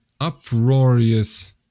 uproarious